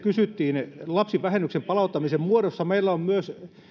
kysyttiin lapsivähennyksen palauttamisen muodossa meillä on myös